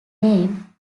name